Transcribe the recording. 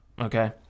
okay